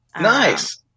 Nice